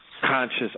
conscious